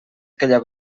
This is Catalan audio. aquella